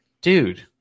dude